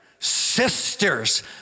Sisters